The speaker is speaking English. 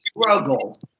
struggle